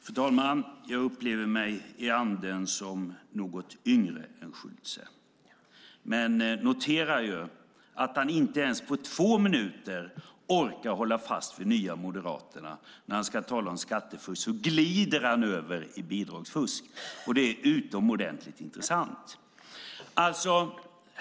Fru talman! Jag upplever mig i anden som något yngre än Schulte. Men jag noterar att han inte ens på två minuter orkar hålla fast vid Nya moderaterna. När han ska tala om skattefusk glider han över i bidragsfusk, och det är utomordentligt intressant.